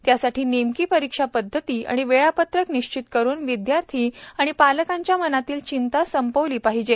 त्यासाठी नेमकी परीक्षा पद्धती आणि वेळापत्रक निश्चित करून विदयार्थी आणि पालकांच्या मनातील चिंता संपविली पाहिजे